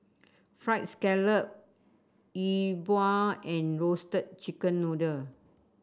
fried scallop Yi Bua and Roasted Chicken Noodle